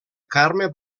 carme